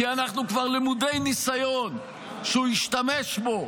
כי אנחנו כבר למודי ניסיון שהוא ישתמש בו